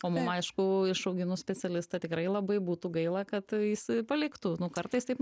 o mum aišku išauginus specialistą tikrai labai būtų gaila kad jis paliktų nu kartais taip